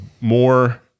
more